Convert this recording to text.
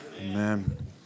Amen